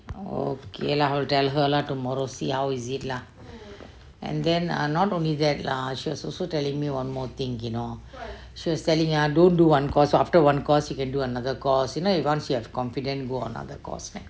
okay lah I will tell her lah tomorrow see how is it lah and then are not only that lah she was also telling me one more thing you know she was telling ah don't do one course after one course you can do another course you know if you want to know you have confidence go another course